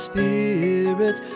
Spirit